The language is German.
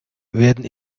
werden